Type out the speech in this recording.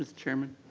ah chairman?